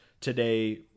today